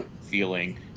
feeling